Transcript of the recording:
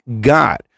God